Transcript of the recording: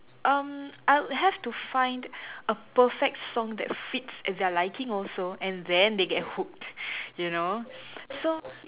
um I would have to find a perfect song that fits their liking also and then they get hooked you know so